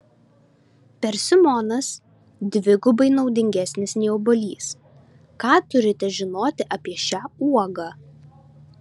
persimonas dvigubai naudingesnis nei obuolys ką turite žinoti apie šią uogą